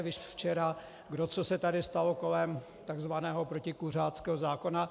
Viz včera, kdo co se tady stalo kolem tzv. protikuřáckého zákona.